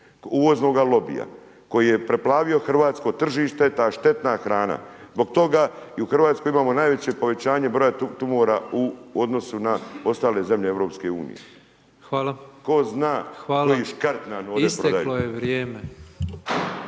uvoznoga lobija, koji je preplavio hrvatsko tržište, ta štetna hrana, zbog toga i u RH imamo najveće povećanje broja tumora u odnosu na ostale zemlje EU…/Upadica: Hvala/…ko